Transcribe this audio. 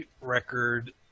record